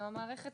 על המערכת